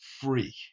free